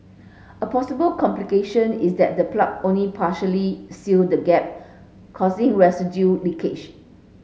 a possible complication is that the plug only partially seal the gap causing residual leakage